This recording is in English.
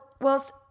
whilst